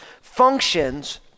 functions